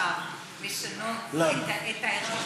עכשיו לשנות את, למה?